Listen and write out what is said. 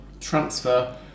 transfer